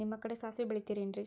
ನಿಮ್ಮ ಕಡೆ ಸಾಸ್ವಿ ಬೆಳಿತಿರೆನ್ರಿ?